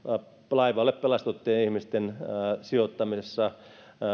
laivalle pelastettujen ihmisten sijoittamisessa